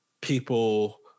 people